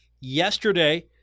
Yesterday